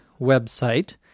website